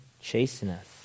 chasteneth